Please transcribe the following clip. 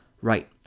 right